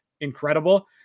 incredible